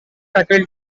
faculty